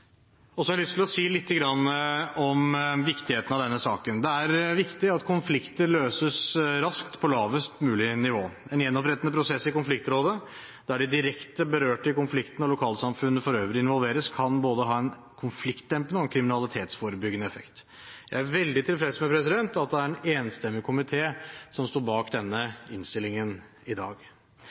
arbeid. Så har jeg lyst til å si litt om viktigheten av denne saken. Det er viktig at konflikter løses raskt på lavest mulig nivå. En gjenopprettende prosess i konfliktrådet, der de direkte berørte i konflikten og lokalsamfunnet for øvrig involveres, kan både ha en konfliktdempende og en kriminalitetsforebyggende effekt. Jeg er veldig tilfreds med at det er en enstemmig komité som står bak denne innstillingen i dag.